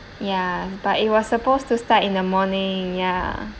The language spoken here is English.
ya but it was supposed to start in the morning ya